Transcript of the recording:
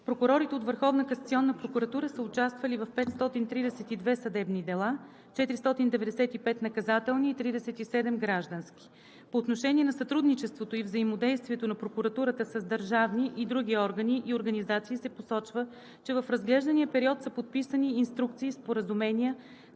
прокуратура са участвали в 532 съдебни дела – 495 наказателни и 37 граждански. По отношение на сътрудничеството и взаимодействието на прокуратурата с държавни и други органи и организации се посочва, че в разглеждания период са подписани инструкции, споразумения,